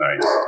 Nice